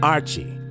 Archie